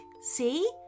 See